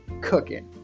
cooking